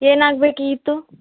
ಏನಾಗ್ಬೇಕಿಗಿತ್ತು